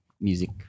music